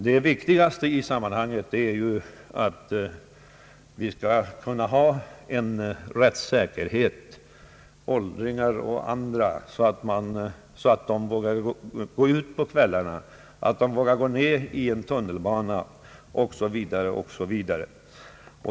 Det viktigaste i sammanhanget är att skapa en sådan rättssäkerhet att t.ex. åldringar vågar gå ut på kvällarna, vågar gå ner i tunnelbanan osv.